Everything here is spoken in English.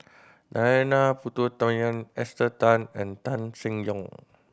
Narana Putumaippittan Esther Tan and Tan Seng Yong